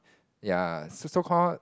ya so so call